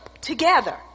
together